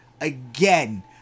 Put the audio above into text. again